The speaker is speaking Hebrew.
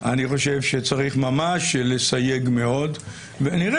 אני חושב שצריך ממש לסייג מאוד ונראה